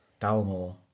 Dalmore